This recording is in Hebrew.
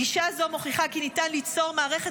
גישה זו מוכיחה כי ניתן ליצור מערכת